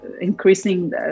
increasing